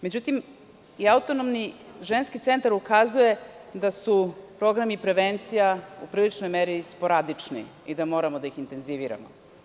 Međutim, i Autonomni ženski centar pokazuje da su programi prevencija u priličnoj meri sporadični i da moramo da ih intenziviramo.